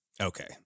Okay